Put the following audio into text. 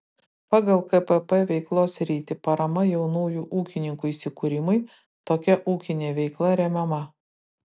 pagal kpp veiklos sritį parama jaunųjų ūkininkų įsikūrimui tokia ūkinė veikla remiama